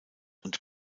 und